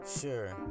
Sure